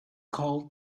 called